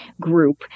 group